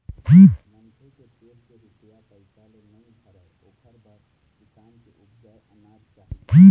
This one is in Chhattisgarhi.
मनखे के पेट के रूपिया पइसा ले नइ भरय ओखर बर किसान के उपजाए अनाज चाही